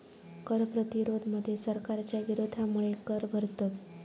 कर प्रतिरोध मध्ये सरकारच्या विरोधामुळे कर भरतत